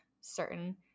certain